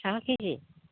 बिस थाखा के जि